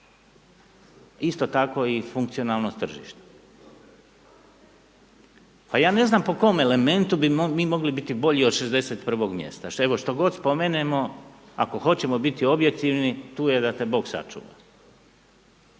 isto tako i funkcionalnost tržišta. A ja ne znam po kom elementu bi mogli biti bolji od 61. mjesta, evo što god spomenemo, ako hoćemo biti objektivni, tu je da te Bog sačuva.